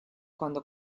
cuando